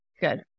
Good